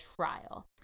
trial